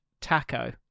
Taco